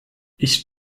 ich